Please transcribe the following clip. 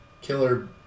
killer